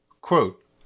Quote